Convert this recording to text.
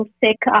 sick